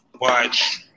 watch